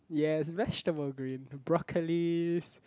yes vegetable green broccolis